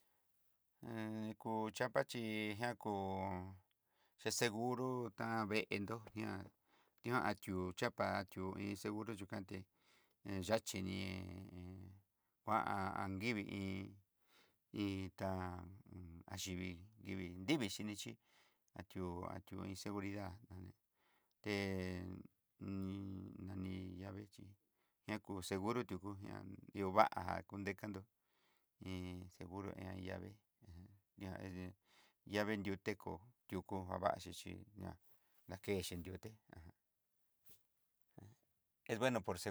kó chapa chí ngui kó se- seguro tán veendó ña ñati'ó chapa ti'ó iin seguro chukandé'e iin yachi ni en kuan anrivii hí itá hun ayivii, nrivii xi vixhí atió atió iin seguridad te ní nani yave chí ña kú seguro tuku ña ngiovaga kudekando iin seguro iin ave ejen, ña ejem vaye nriú teko nriuku javaxichi ña nakenxhi nriuté ajan ajan es bueno por.